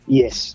Yes